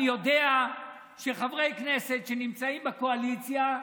אני יודע שחברי כנסת שנמצאים בקואליציה,